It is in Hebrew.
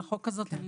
אני